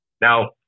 Now